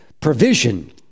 provision